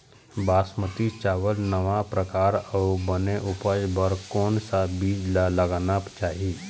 बासमती चावल नावा परकार अऊ बने उपज बर कोन सा बीज ला लगाना चाही?